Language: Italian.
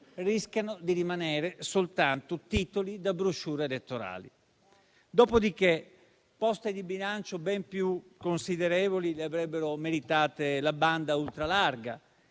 rischiano di rimanere soltanto titoli da *brochure* elettorali. Dopodiché, poste di bilancio ben più considerevoli le avrebbero meritate la banda ultralarga,